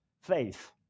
faith